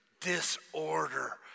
disorder